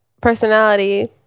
personality